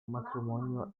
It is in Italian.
matrimonio